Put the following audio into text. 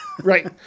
right